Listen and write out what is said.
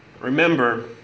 Remember